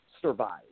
survive